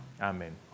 Amen